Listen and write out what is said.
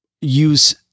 use